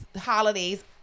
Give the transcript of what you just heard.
holidays